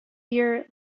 year